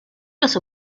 los